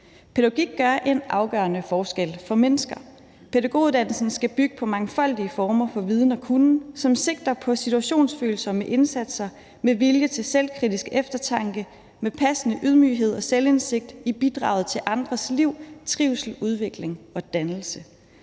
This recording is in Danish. »Pædagogik gør en afgørende forskel for mennesker. Pædagoguddannelsen skal bygge på mangfoldige former for viden og kunnen, som sigter på situationsfølsomme indsatser med vilje til (selv)kritisk eftertanke og passende ydmyghed og selvindsigt i bidraget til andres liv, trivsel, udvikling og dannelse.